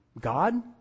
God